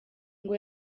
ngo